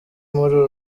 muri